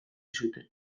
zuten